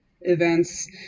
events